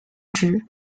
任职